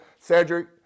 Cedric